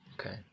Okay